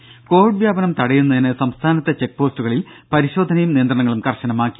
ദര കൊവിഡ് വ്യാപനം തടയുന്നതിന് സംസ്ഥാനത്തെ ചെക്ക് പോസ്റ്റുകളിൽ പരിശോധനയും നിയന്ത്രണങ്ങളും കർശനമാക്കി